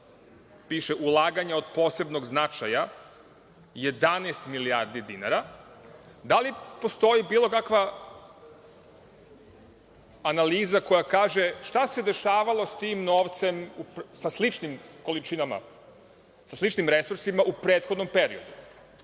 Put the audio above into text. piše – ulaganja od posebnog značaja 11 milijarde dinara, da li postoji bilo kakva analiza koja kaže šta se dešavalo s tim novcem, sa sličnim količinama, sa sličnim resursima, u prethodnom periodu?